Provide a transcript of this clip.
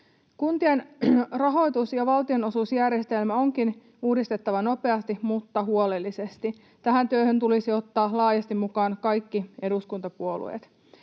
Kuntien rahoitus- ja valtionosuusjärjestelmä onkin uudistettava nopeasti mutta huolellisesti. Tähän työhön tulisi ottaa laajasti mukaan kaikki eduskuntapuolueet.